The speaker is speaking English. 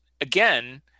again